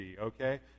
okay